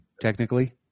Technically